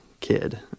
kid